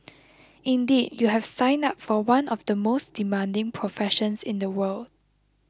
indeed you have signed up for one of the most demanding professions in the world